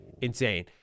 insane